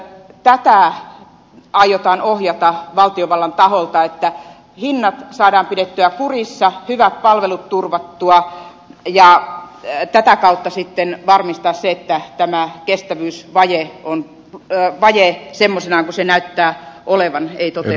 miten tätä aiotaan ohjata valtiovallan taholta että hinnat saadaan pidettyä kurissa hyvät palvelut turvattua ja tätä kautta sitten varmistettua se että tämä kestävyysvaje semmoisenaan kuin se näyttää olevan ei toteudu